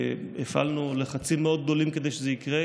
הפעלנו לחצים מאוד גדולים כדי שזה יקרה,